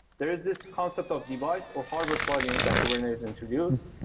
there is this concept of device or hardware plugins that kubernetes introduced,